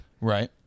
Right